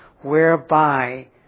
whereby